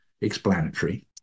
explanatory